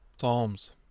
Psalms